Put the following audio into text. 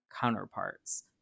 counterparts